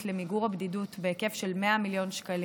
למיגור הבדידות בהיקף של 100 מיליון שקלים.